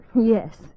Yes